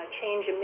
change